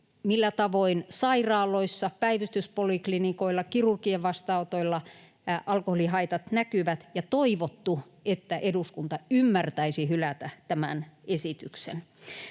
millä tavoin sairaaloissa, päivystyspoliklinikoilla ja kirurgien vastaanotoilla alkoholihaitat näkyvät, ja toivottu, että eduskunta ymmärtäisi hylätä tämän esityksen.